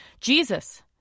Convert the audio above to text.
Jesus